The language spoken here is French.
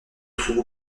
trouve